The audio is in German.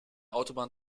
autobahn